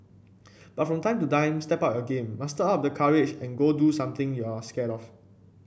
but from time to time step up your game muster up the courage and go do something you're scared of